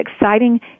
exciting